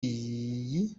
iyi